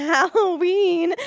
Halloween